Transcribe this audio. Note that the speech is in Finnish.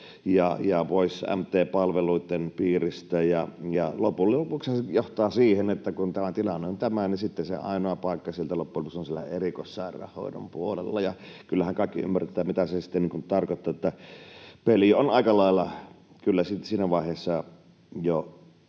on päihdeongelma. Loppujen lopuksi se johtaa siihen, kun tämä tilanne on tämä, että se ainoa paikka loppujen lopuksi on sieltä erikoissairaanhoidon puolelta, ja kyllähän kaikki ymmärtävät, mitä se sitten tarkoittaa: peli on aika lailla kyllä sitten siinä vaiheessa jo